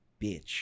bitch